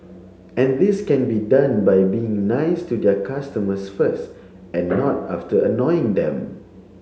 and this can be done by being nice to their customers first and not after annoying them